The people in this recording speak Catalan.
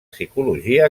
psicologia